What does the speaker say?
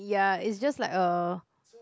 ya it's just like a